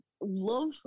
love